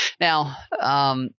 Now –